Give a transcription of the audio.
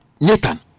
Nathan